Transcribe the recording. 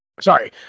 Sorry